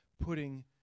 putting